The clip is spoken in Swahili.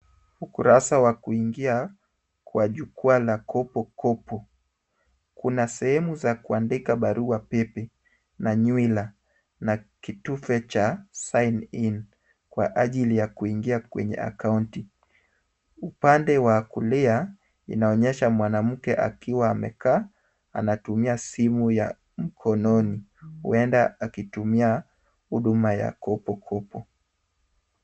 Ukurasa wa kuingia kwa jukwaa la Kopokopo. Kuna sehemu za kuandika barua pepe na nywila na kitufe cha sign in kwa ajili ya kuingia kwenye akaunti. Upande wa kulia, inaonyesha mwanamke akiwa amekaa anatumia simu ya mkononi, huenda akitumia huduma ya kopokopo.